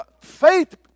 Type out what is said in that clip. faith